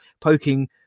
poking